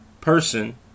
person